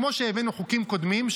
כמו שהבאנו חוקים קודמים,